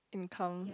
in term